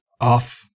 Off